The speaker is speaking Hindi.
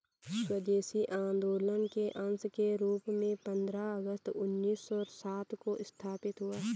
स्वदेशी आंदोलन के अंश के रूप में पंद्रह अगस्त उन्नीस सौ सात को स्थापित हुआ